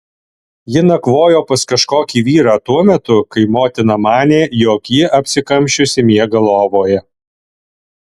ji nakvojo pas kažkokį vyrą tuo metu kai motina manė jog ji apsikamšiusi miega lovoje